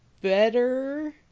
better